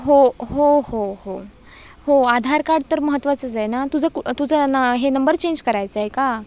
हो हो हो हो हो आधार कार्ड तर महत्त्वाचंच आहे ना तुझं कु तुझं ना हे नंबर चेंज करायचा आहे का